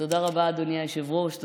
תודה רבה, אדוני היושב-ראש.